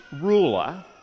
ruler